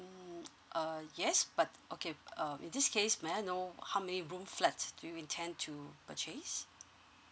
mm uh yes but okay um in this case may I know how many room flats do you intend to purchase